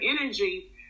energy